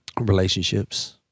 Relationships